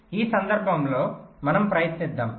ఈ సందర్భంలో మనం ప్రయత్నిద్దాం